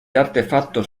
artefactos